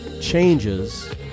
changes